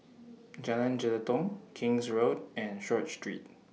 Jalan Jelutong King's Road and Short Street